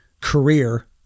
career